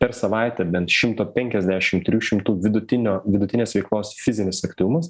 per savaitę bent šimto penkiasdešim trijų šimtų vidutinio vidutinės veiklos fizinis aktyvumas